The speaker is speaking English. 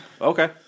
Okay